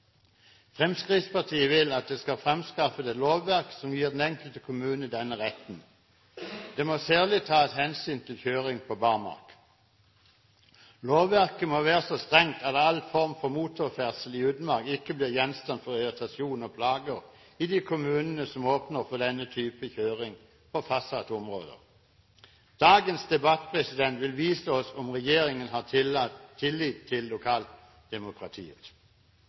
Fremskrittspartiet vil at det skal fremskaffes et lovverk som gir den enkelte kommune denne retten. Det må særlig tas hensyn til kjøring på barmark. Lovverket må være så strengt at all form for motorferdsel i utmark ikke blir gjenstand for irritasjon og plager i de kommunene som åpner for denne type kjøring på fastsatte områder. Dagens debatt vil vise oss om regjeringen har tillit til lokaldemokratiet.